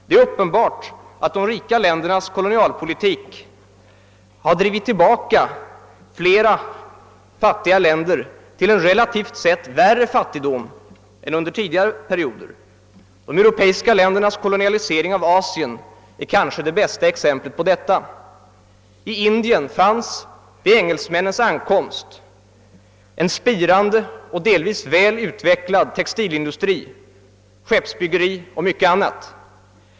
Det är uppenbart att de rika ländernas kolonialpolitik har drivit tillbaka flera fattiga länder till en relativt sett värre fattigdom än under tidigare perioder. De europeiska ländernas kolonialisering av Asien är kanske det bästa exemplet på detta. I Indien fanns vid engelsmännens ankomst en spirande, delvis väl utvecklad textilindustri, skeppsbyggeri och mycket annat.